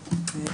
תיירים,